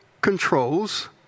controls